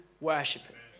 worshippers